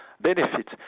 benefit